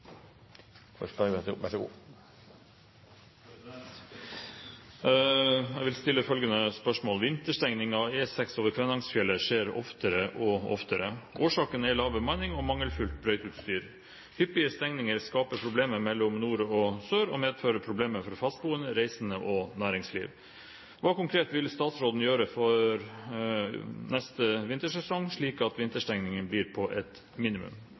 av E6 over Kvænangsfjellet skjer oftere og oftere. Årsaken er lav bemanning og mangelfullt brøyteutstyr. Hyppige stenginger skaper problemer mellom nord og sør, og medfører problemer for fastboende, reisende og næringsliv. Hva konkret vil statsråden gjøre før neste vintersesong, slik at vinterstenging blir på et minimum?»